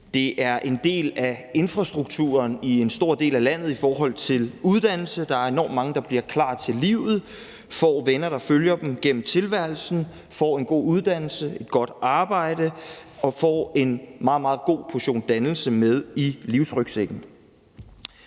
Det er en del af infrastrukturen i en stor del af landet i forhold til uddannelse. Der er enormt mange, der bliver klar til livet, får venner, der følger dem gennem tilværelsen, får en god uddannelse og et godt arbejde og får en meget god portion dannelse med i livsrygsækken.